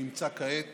נמצא כעת